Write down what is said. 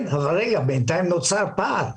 אבל בינתיים נוצר פער,